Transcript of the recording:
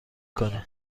کنید